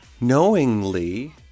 knowingly